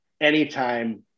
Anytime